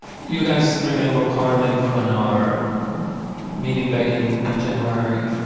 you guys remember carmen from our meeting back in january,